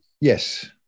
Yes